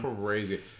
crazy